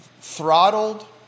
throttled